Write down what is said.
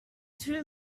too